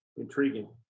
intriguing